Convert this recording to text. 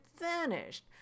vanished